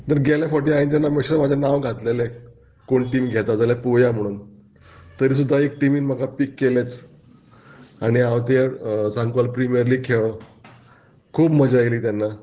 देन गेल्या फावटी हांयेंन जेन्ना बेश्टेंच म्हाजे नांव घातलेलें कोण टीम घेता जाल्यार पोवया म्हणून तरी सुद्दां एक टिमीन म्हाका पीक केलेच आनी हांव ते सांगवाल प्रिमियर लीग खेळ्ळों खूब मजा येयली तेन्ना